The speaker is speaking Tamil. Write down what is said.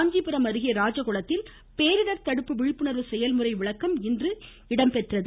காஞ்சிபுரம் அருகே ராஜகுளத்தில் பேரிடர் தடுப்பு விழிப்புணர்வு செயல்முறை விளக்கம் இன்று இடம்பெற்றது